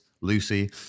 Lucy